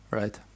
right